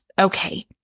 Okay